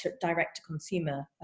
direct-to-consumer